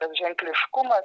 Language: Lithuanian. ten ženkiškumas